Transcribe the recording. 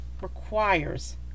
requires